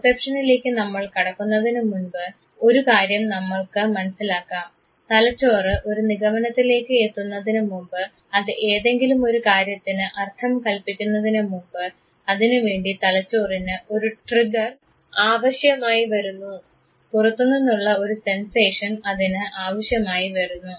പെർസെപ്ഷനിലേക്ക് നമ്മൾ കടക്കുന്നതിന് മുമ്പ് ഒരു കാര്യം നമ്മൾക്ക് മനസ്സിലാക്കാം തലച്ചോറ് ഒരു നിഗമനത്തിലേക്ക് എത്തുന്നതിനുമുമ്പ് അത് എന്തെങ്കിലുമൊരു കാര്യത്തിന് അർത്ഥം കൽപ്പിക്കുന്നതിനുമുമ്പ് അതിനുവേണ്ടി തലച്ചോറിന് ഒരു ട്രിഗർ ആവശ്യമായി വരുന്നു പുറത്തുനിന്നുള്ള ഒരു സെൻസേഷൻ അതിന് ആവശ്യമായി വരുന്നു